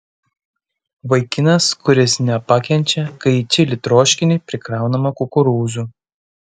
vaikinas kuris nepakenčia kai į čili troškinį prikraunama kukurūzų